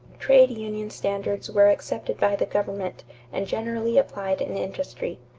trade union standards were accepted by the government and generally applied in industry.